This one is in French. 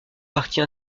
partie